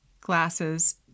glasses